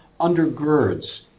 undergirds